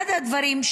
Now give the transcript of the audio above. אחד הדברים,